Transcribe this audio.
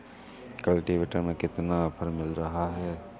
Cultivator में कितना offer मिल रहा है?